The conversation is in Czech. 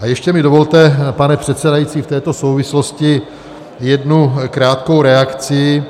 A ještě mi dovolte, pane předsedající, v této souvislosti jednu krátkou reakci.